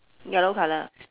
yellow colour